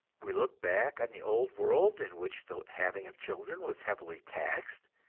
we look back on the old world in which the having of children was heavily taxed,